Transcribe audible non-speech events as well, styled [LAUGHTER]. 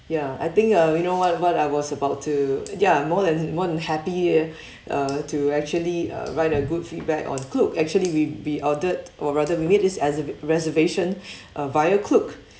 ya I think uh we know what what I was about to ya more than more than happy [BREATH] uh to actually uh write a good feedback on Klook actually we we ordered or rather we made this reser~ reservation [BREATH] uh via Klook